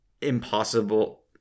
impossible